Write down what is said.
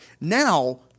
now